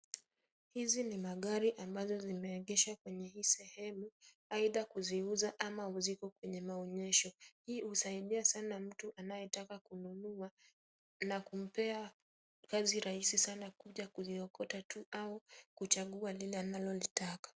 Hizi ni magari ambazo zimeegeshwa kwenye sehemu ,aidha kuziuza ama kuziweka kwenye maonyesho. Hii husaidia sana mtu anayetaka kununua na kumpea kazi rahisi sana kuja kuziokota tu au kuchagua lile analolitaka.